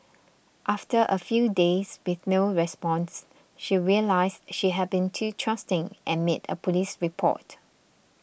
after a few days with no response she realised she had been too trusting and made a police report